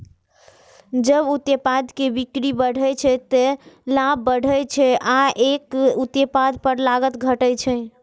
जब उत्पाद के बिक्री बढ़ै छै, ते लाभ बढ़ै छै आ एक उत्पाद पर लागत घटै छै